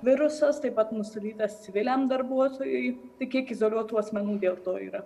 virusas taip pat nustatytas civiliam darbuotojui tai kiek izoliuotų asmenų dėl to yra